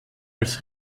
als